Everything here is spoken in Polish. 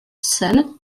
sen